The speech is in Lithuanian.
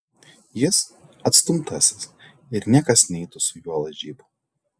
jis atstumtasis ir niekas neitų su juo lažybų